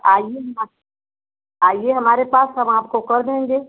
आइए ना आइए हमारे पास हम आपको कर देंगे